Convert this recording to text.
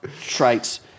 traits